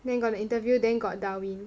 then got the interview then got Darwin